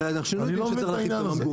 אני לא מבין את העניין הזה.